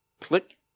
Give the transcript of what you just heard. Click